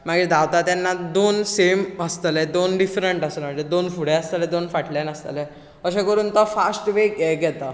मागीर धांवता तेन्ना दोन सेम आसतले दोन डिफ्रन्ट आसता म्हणजे दोन फुडें आसतले दोन फांटल्यान आसतले अशें करून तो फास्ट वेग घेता